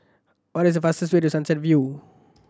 what is the fastest way to Sunset View